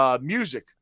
music